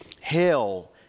Hell